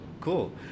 Cool